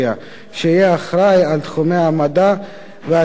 שיהיה אחראי לתחומי המדע והטכנולוגיה,